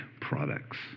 products